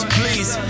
please